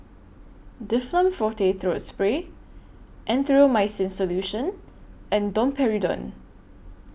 Difflam Forte Throat Spray Erythroymycin Solution and Domperidone